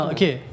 Okay